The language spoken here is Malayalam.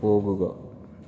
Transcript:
പോകുക